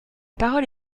parole